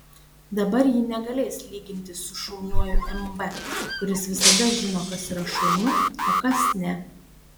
dabar ji negalės lygintis su šauniuoju mb kuris visada žino kas yra šaunu o kas ne